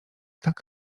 tak